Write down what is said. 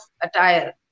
attire